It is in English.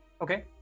Okay